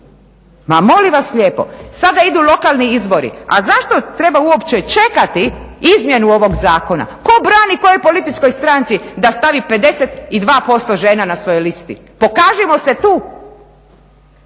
Pa molim vas lijepo. Sada idu lokalni izbori a zašto treba uopće čekati izmjenu ovog zakona? Tko brani kojoj političkoj stranci da stavi 52% žena na svojoj listi? Pokažimo se tu,